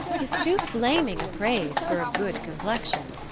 is too flaming praise for a good complexion.